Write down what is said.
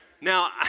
Now